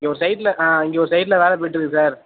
இங்கே ஒரு சைட்டில் ஆ இங்கே ஒரு சைட்டில் வேலை போய்கிட்டுருக்கு சார்